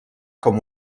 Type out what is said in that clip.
com